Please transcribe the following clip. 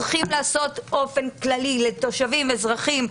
צריך לעשות משהו כללי לתושבים אזרחים,